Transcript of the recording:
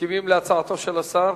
מסכימים להצעתו של השר?